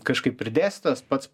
kažkaip ir dėstytojas pats